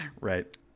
Right